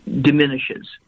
diminishes